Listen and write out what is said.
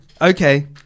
Okay